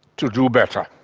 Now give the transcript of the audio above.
to do better.